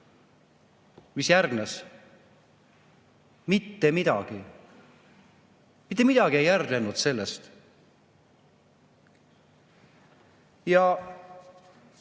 Mis järgnes? Mitte midagi. Mitte midagi ei järgnenud sellele. Need